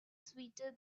sweeter